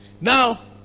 now